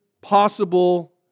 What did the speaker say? possible